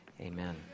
Amen